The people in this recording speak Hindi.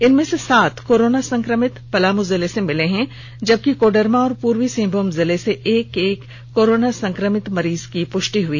इनमें से सात कोरोना संक्रमित पलामू जिले से मिले है जबकि कोडरमा और पूर्वी सिंहभूम जिले से एक एक कोरोना संक्रमित मरीज की पुष्टि हुई